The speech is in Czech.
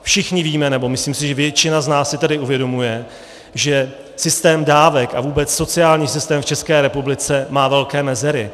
Všichni víme, nebo si myslím, že většina z nás si tady uvědomuje, že systém dávek a vůbec sociální systém v České republice má velké mezery.